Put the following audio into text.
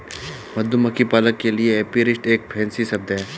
मधुमक्खी पालक के लिए एपीरिस्ट एक फैंसी शब्द है